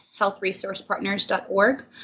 healthresourcepartners.org